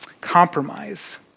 compromise